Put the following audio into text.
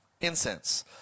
Incense